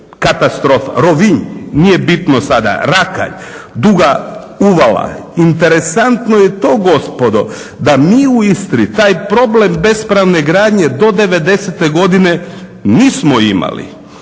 katastrofa, Rovinj, nije bitno sada, Rakalj, Duga uvala. Interesantno je to gospodo da mi u Istri taj problem bespravne gradnje do '90.-te godine nismo imali,